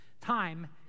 time